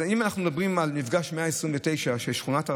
אם אנחנו מדברים על מפגש 129, של שכונת הרכבת,